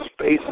space